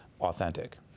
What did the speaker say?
authentic